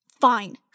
Fine